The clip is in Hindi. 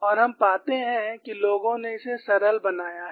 और हम पाते हैं कि लोगों ने इसे सरल बनाया है